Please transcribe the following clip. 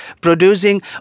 producing